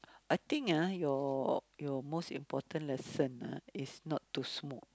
I think ah your your most important lesson ah is not to smoke